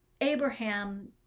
Abraham